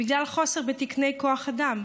בגלל חוסר בתקני כוח אדם.